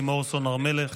לימור סון הר מלך,